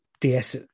ds